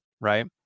right